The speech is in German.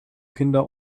kinder